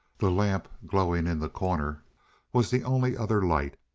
the lamp glowing in the corner was the only other light,